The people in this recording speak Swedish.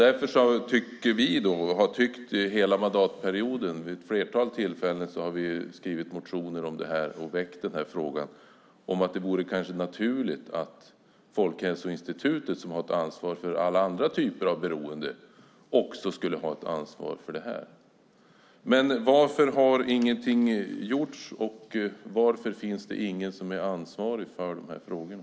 Därför tycker vi - vid ett flertal tillfällen under hela mandatperioden har vi skrivit motioner och väckt frågan - att det kanske är naturligt att Folkhälsoinstitutet, som har ett ansvar för alla andra typer av beroende, också har ett ansvar här. Varför har alltså ingenting gjorts, och varför finns det ingen ansvarig för de här frågorna?